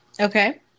Okay